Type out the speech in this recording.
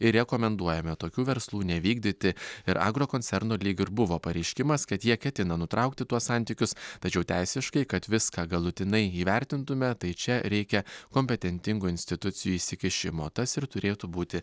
ir rekomenduojame tokių verslų nevykdyti ir agrokoncerno lyg ir buvo pareiškimas kad jie ketina nutraukti tuos santykius tačiau teisiškai kad viską galutinai įvertintume tai čia reikia kompetentingų institucijų įsikišimo tas ir turėtų būti